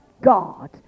God